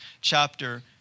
chapter